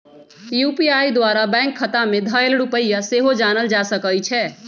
UPI द्वारा bank खता में धएल रुपइया सेहो जानल जा सकइ छै